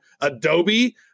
Adobe